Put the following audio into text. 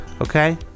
Okay